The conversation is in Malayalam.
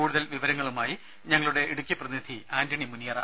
കൂടുതൽ വിവരങ്ങളുമായി ഞങ്ങളുടെ ഇടുക്കി പ്രതിനിധി ആന്റണി മുനിയറ